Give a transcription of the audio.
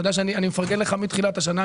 אתה יודע שאני מפרגן לך מתחילת השנה,